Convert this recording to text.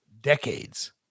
decades